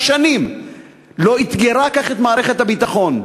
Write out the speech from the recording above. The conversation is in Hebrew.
ששנים לא אתגרה כך את מערכת הביטחון.